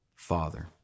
father